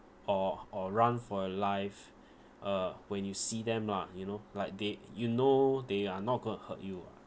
or or run for your life uh when you see them lah you know like they you know they are not going to hurt you lah